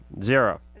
Zero